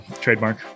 Trademark